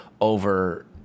over